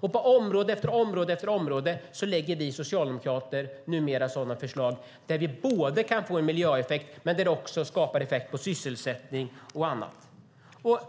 På område efter område lägger vi socialdemokrater numera sådana förslag som ger en miljöeffekt men också en effekt på sysselsättning och annat.